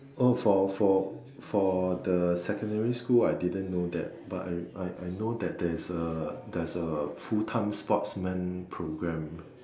oh for for for the secondary school I didn't know that but I I I know that there's a there's a full time sportsmen programme